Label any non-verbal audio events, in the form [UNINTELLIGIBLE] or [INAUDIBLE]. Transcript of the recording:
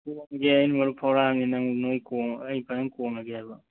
[UNINTELLIGIBLE] ꯑꯩ ꯃꯔꯨꯞ ꯐꯥꯎꯔꯛꯑꯃꯤꯅ ꯅꯪ ꯂꯣꯏ ꯀꯣꯡꯉꯣ ꯑꯩ ꯂꯣꯏ ꯀꯣꯡꯉꯒꯦꯕ